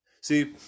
See